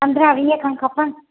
पंद्रहं वीह खनि खपनि